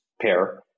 pair